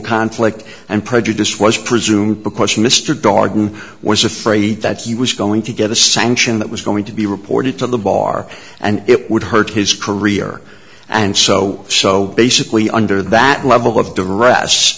conflict and prejudice was presumed because mr darden was afraid that he was going to get a sanction that was going to be reported to the bar and it would hurt his career and so so basically under that level of